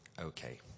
okay